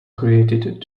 created